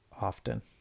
often